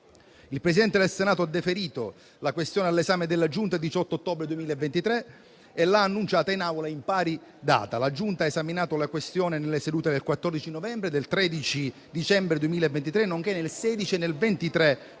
Il Presidente del Senato ha deferito la questione all'esame della Giunta il 18 ottobre 2023 e l'ha annunciata in Aula in pari data. La Giunta ha esaminato la questione nelle sedute del 14 novembre e del 13 dicembre 2023, nonché del 16 e del 23 gennaio